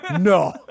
No